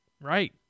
Right